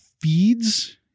feeds